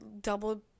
double